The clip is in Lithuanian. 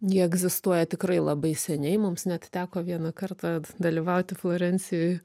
jie egzistuoja tikrai labai seniai mums net teko vieną kartą dalyvauti florencijoj